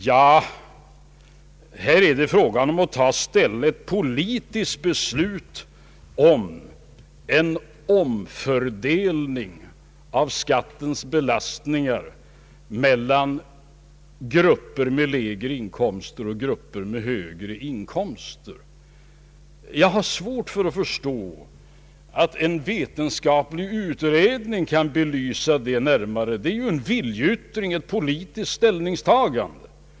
Ja, här är det fråga om att fatta ett politiskt beslut om en omfördelning av skattens belastning mellan grupper med lägre inkomster och grupper med högre inkomster. Jag har svårt att förstå att en vetenskaplig utredning skulle kunna belysa det närmare. Det är ju en viljeyttring, ett politiskt ställningstagande.